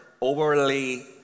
overly